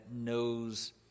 knows